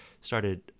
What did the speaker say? started